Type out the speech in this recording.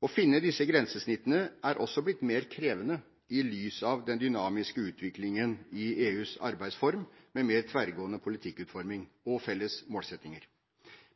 Å finne disse grensesnittene er også blitt mer krevende i lys av den dynamiske utviklingen i EUs arbeidsform med mer tverrgående politikkutforming og felles målsettinger.